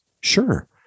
Sure